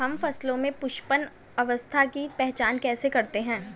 हम फसलों में पुष्पन अवस्था की पहचान कैसे करते हैं?